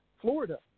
Florida